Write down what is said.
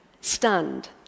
stunned